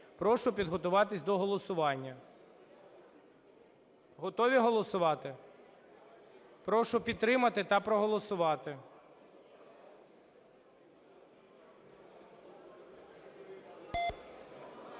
Прошу підготуватись до голосування. Готові голосувати? Прошу підтримати та проголосувати.